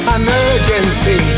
emergency